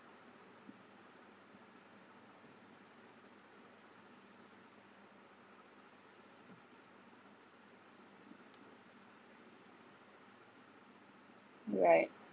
right